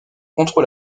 contre